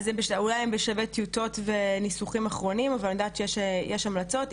אולי הן בשלבי טיוטות וניסוחים אחרונים אבל אני יודעת שיש המלצות.